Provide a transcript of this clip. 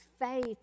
faith